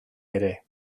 ere